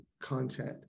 content